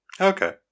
Okay